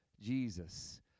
Jesus